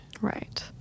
Right